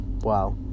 Wow